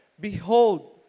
Behold